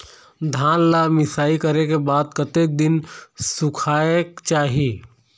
धान ला मिसाई करे के बाद कतक दिन सुखायेक चाही?